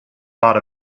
thought